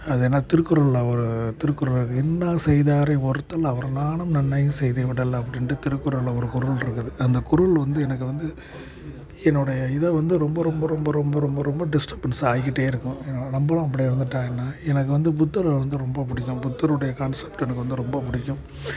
அது என்ன திருக்குறளில் ஒரு திருக்குறள் இன்னா செய்தாரை ஒறுத்தல் அவர் நாண நன்னயம் செய்துவிடல் அப்படின்டு திருக்குறளில் ஒரு குறள் இருக்குது அந்த குறள் வந்து எனக்கு வந்து என்னுடைய இதை வந்து ரொம்ப ரொம்ப ரொம்ப ரொம்ப ரொம்ப டிஸ்ட்ரபென்ஸ் ஆகிக்கிட்டே இருக்கும் நம்மளும் அப்படி இருந்துவிட்டா என்ன எனக்கு வந்து புத்தரை வந்து ரொம்ப பிடிக்கும் புத்தருடைய கான்செப்ட் எனக்கு வந்து ரொம்ப பிடிக்கும்